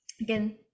again